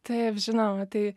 taip žinoma tai